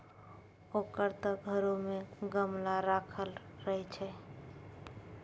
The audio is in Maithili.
ओकर त घरो मे गमला राखल रहय छै